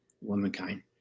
womankind